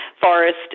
forest